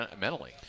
mentally